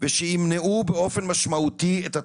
ושימנעו באופן משמעותי את התאונות,